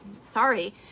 sorry